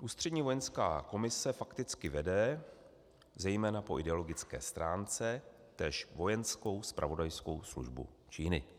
Ústřední vojenská komise fakticky vede, zejména po ideologické stránce, též vojenskou zpravodajskou službu Číny.